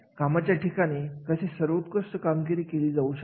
म्हणजे या साठी कोणती पद्धत वापरावी या विषय आपण पुढे बोलणार आहोत